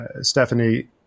Stephanie